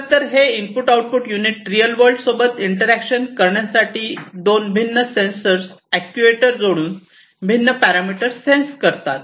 खरं तर हे input output unit real world सोबत इंटरॅक्शन करण्यासाठी दोन भिन्न सेन्सर अॅक्ट्युएटर्स जोडून भिन्न पॅरामीटर्स सेन्स करतात